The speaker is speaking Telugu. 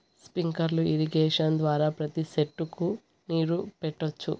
స్ప్రింక్లర్ ఇరిగేషన్ ద్వారా ప్రతి సెట్టుకు నీరు పెట్టొచ్చు